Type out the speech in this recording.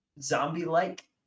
zombie-like